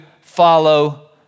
follow